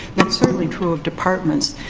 that's certainly true of departments.